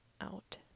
out